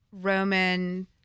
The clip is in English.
Roman